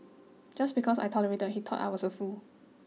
just because I tolerated he thought I was a fool